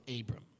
Abram